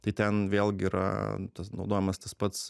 tai ten vėlgi yra tas naudojamas tas pats